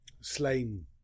slain